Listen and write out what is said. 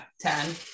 ten